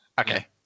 Okay